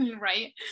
Right